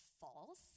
false